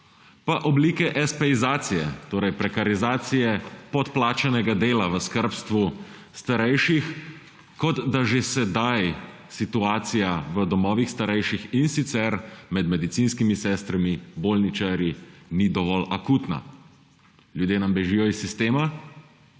pa oblike espeizacije, torej prekarizacije podplačanega dela v skrbstvu starejših, kot da že sedaj situacija v domovih starejših, in sicer med medicinskimi sestrami, bolničarji, ni dovolj akutna. Ljudje nam bežijo iz sistem.